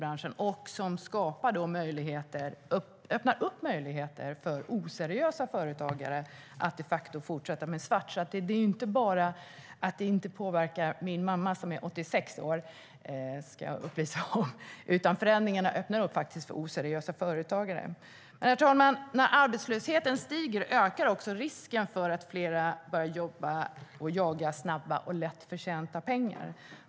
Det öppnar upp möjligheter för oseriösa företagare att de facto fortsätta, men svart, så det är inte bara att det inte påverkar min mamma - som är 86 år, ska jag upplysa om - utan förändringarna öppnar faktiskt för oseriösa företagare. Herr talman! När arbetslösheten stiger ökar också risken för att fler börjar jaga snabba och lättförtjänta pengar.